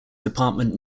department